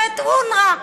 ואת אונר"א,